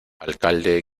alcalde